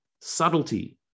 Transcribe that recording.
subtlety